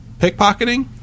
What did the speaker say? Pickpocketing